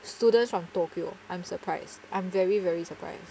students from tokyo I'm surprised I'm very very surprised